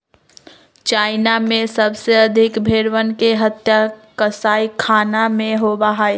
China में सबसे अधिक भेंड़वन के हत्या कसाईखाना में होबा हई